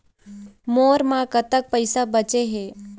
मोर म कतक पैसा बचे हे?